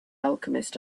alchemist